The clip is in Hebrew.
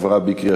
נתקבל.